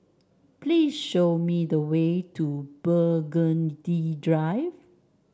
please show me the way to Burgundy Drive